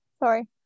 Sorry